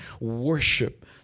worship